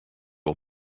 wol